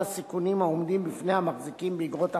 הסיכונים העומדים בפני המחזיקים באיגרות החוב,